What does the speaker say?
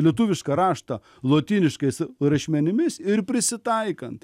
lietuvišką raštą lotyniškais rašmenimis ir prisitaikant